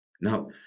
Now